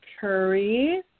curry